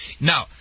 Now